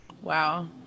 wow